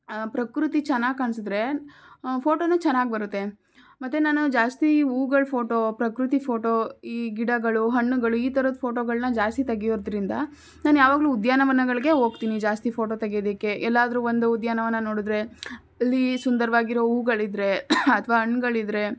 ಪ್ರಕೃತಿ ಚೆನ್ನಾಗಿ ಕಾಣ್ಸಿದ್ರೆ ಫೋಟೋನೂ ಚೆನ್ನಾಗಿ ಬರುತ್ತೆ ಮತ್ತು ನಾನು ಜಾಸ್ತಿ ಹೂಗಳ್ ಫೋಟೋ ಪ್ರಕೃತಿ ಫೋಟೋ ಈ ಗಿಡಗಳು ಹಣ್ಣುಗಳು ಈ ಥರದ್ದು ಫೋಟೋಗಳನ್ನ ಜಾಸ್ತಿ ತೆಗೆಯೋದ್ರಿಂದ ನಾನು ಯಾವಾಗಲೂ ಉದ್ಯಾನವನಗಳಿಗೆ ಹೋಗ್ತೀನಿ ಜಾಸ್ತಿ ಫೋಟೋ ತೆಗ್ಯೋದಕ್ಕೆ ಎಲ್ಲಾದರೂ ಒಂದು ಉದ್ಯಾನವನ ನೋಡಿದ್ರೆ ಅಲ್ಲಿ ಸುಂದರವಾಗಿರೊ ಹೂಗಳಿದ್ರೆ ಅಥವಾ ಹಣ್ಗಳಿದ್ರೆ